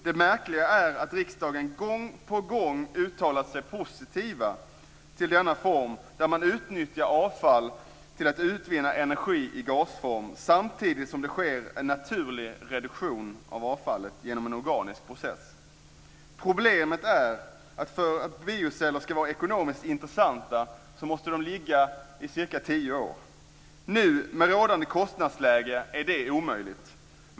Det märkliga är att riksdagen gång på gång uttalat sig positivt till denna form där man utnyttjar avfall till att utvinna energi i gasform samtidigt som det sker en naturlig reduktion av avfallet genom en organisk process. Problemet är att för att bioceller ska vara ekonomiskt intressanta måste de ligga i cirka tio år. Med rådande kostnadsläge är det nu omöjligt.